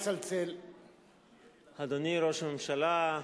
אדוני ראש הממשלה,